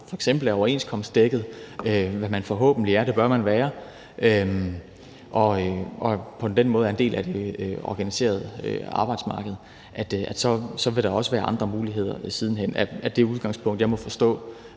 er overenskomstdækket, hvad man forhåbentlig er – det bør man være – og på den måde er en del af det organiserede arbejdsmarked. Så vil der også være andre muligheder siden hen. Hvis jeg har forstået